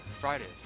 Fridays